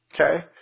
Okay